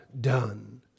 done